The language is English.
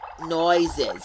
noises